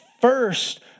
first